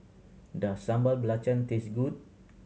does Sambal Belacan taste good